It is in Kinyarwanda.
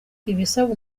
ibisabwa